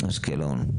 אשקלון.